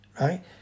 right